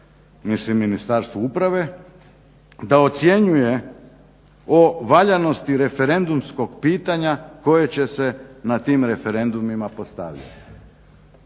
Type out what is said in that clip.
da ocjenjuje o valjanosti referendumskog pitanja koje će se na tim referendumima postavljati.